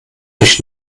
euch